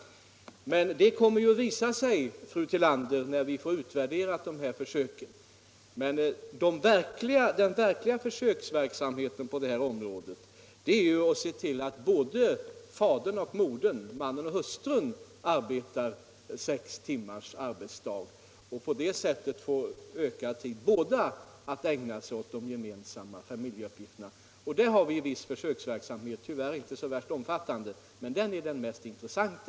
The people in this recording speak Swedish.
Men det kommer att visa sig, fru Tillander, när dessa försök blivit utvärderade. Den verkliga försöksverksamheten på det här området gäller en arbetsdag om sex timmar för både fadern och modern eller mannen och hustrun, varigenom båda får ökad tid att ägna sig åt de gemensamma familjeuppgifterna. Vi har en försöksverksamhet efter de linjerna, och det är den som är den mest intressanta.